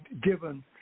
given